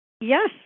Yes